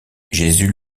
jésus